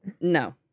No